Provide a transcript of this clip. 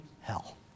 hell